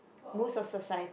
most of society